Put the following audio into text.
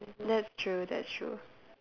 that's true that's true